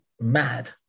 mad